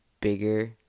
bigger